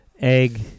Egg